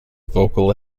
vocal